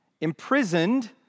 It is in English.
Imprisoned